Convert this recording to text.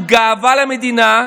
הוא גאווה למדינה,